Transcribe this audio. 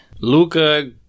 Luca